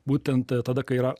būtent tada kai yra